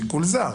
שיקול זר.